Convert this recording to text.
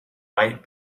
might